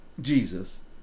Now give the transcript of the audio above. Jesus